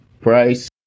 price